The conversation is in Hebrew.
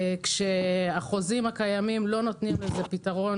החוזים הקיימים לא נותנים לזה פתרון,